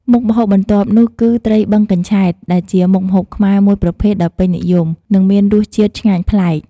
មុខម្ហូបបន្ទាប់នោះគឺ ត្រីបឹងកញ្ឆែតដែលជាមុខម្ហូបខ្មែរមួយប្រភេទដ៏ពេញនិយម និងមានរសជាតិឆ្ងាញ់ប្លែក។